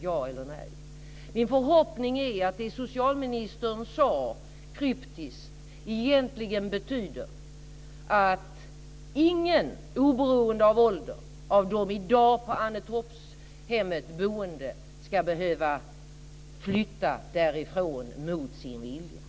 ja eller nej. Min förhoppning är att det som socialministern sade kryptiskt egentligen betyder att ingen, oberoende av ålder, av de i dag boende på Annetorpshemmet ska behöva flytta därifrån mot sin vilja.